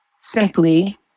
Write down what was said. simply